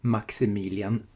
Maximilian